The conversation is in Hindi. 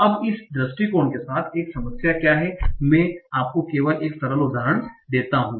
अब इस दृष्टिकोण के साथ एक समस्या क्या है मैं आपको केवल एक सरल उदाहरण देता हूं